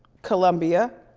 columbia,